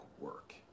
work